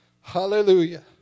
Hallelujah